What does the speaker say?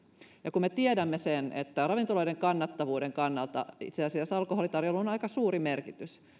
ja kun me tiedämme sen että ravintoloiden kannattavuuden kannalta itse asiassa alkoholitarjoilulla on aika suuri merkitys